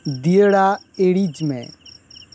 ᱫᱤᱭᱟᱹᱲᱟ ᱤᱬᱤᱡᱽ ᱢᱮ